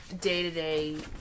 day-to-day